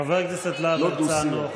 חבר הכנסת להב הרצנו,